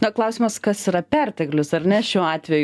na klausimas kas yra perteklius ar ne šiuo atveju